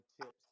tips